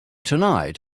tonight